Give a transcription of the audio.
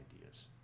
ideas